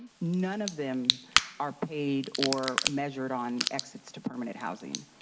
none of them are paid or measured on exits to permanent housing.